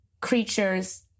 creatures